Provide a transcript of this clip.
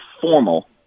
formal